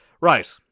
Right